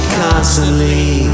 constantly